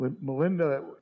Melinda